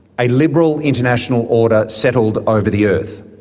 a liberal international order settled over the earth.